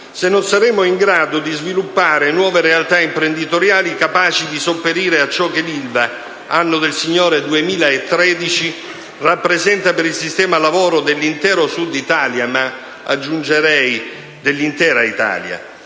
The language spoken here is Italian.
se non saremo in grado di sviluppare nuove realtà imprenditoriali capaci di sopperire a ciò che l'Ilva, anno del Signore 2013, rappresenta per il sistema lavoro dell'intero Sud Italia, ma - aggiungerei - dell'intera Italia.